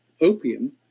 opium